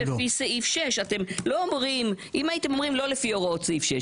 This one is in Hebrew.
אבל אתם חוזרים ואומרים לפי סעיף 6. אם הייתם אומרים לא לפי הוראות סעיף 6,